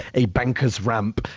a banker's ramp,